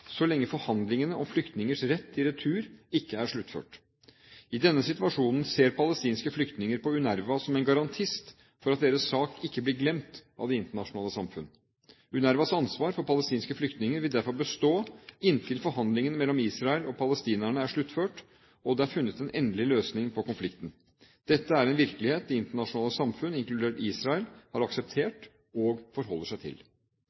så lenge forhandlingene om flyktningers rett til retur ikke er sluttført. I denne situasjonen ser palestinske flyktninger på UNRWA som en garantist for at deres sak ikke blir glemt av det internasjonale samfunn. UNRWAs ansvar for palestinske flyktninger vil derfor bestå inntil forhandlingene mellom Israel og palestinerne er sluttført, og det er funnet en endelig løsning på konflikten. Dette er en virkelighet det internasjonale samfunn, inkludert Israel, har akseptert og forholder seg til.